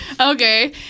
Okay